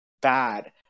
bad